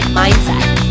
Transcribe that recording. mindset